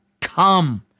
come